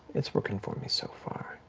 it's working for me so far.